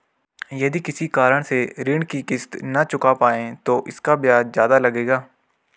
यदि किसी कारण से ऋण की किश्त न चुका पाये तो इसका ब्याज ज़्यादा लगेगा?